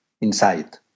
inside